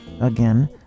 Again